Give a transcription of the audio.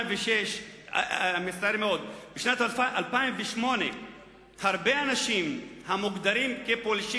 בשנת 2008 הרבה אנשים המוגדרים פולשים